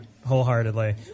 Wholeheartedly